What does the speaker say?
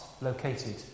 located